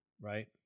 right